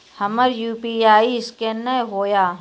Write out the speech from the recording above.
हमर UPI scan नेय हो या?